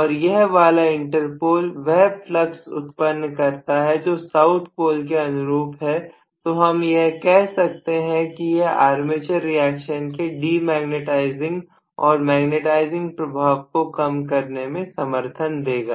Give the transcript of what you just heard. और यह वाला इंटरपोल वह फ्लक्स उत्पन्न करता है जो साउथ पोल के अनुरूप है तो हम कह सकते हैं कि यह आर्मेचर रिएक्शन के डिमैग्नेटाइजिंग और मैग्नेटाइजिंग प्रभाव को कम करने में समर्थन देगा